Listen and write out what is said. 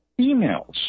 emails